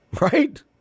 Right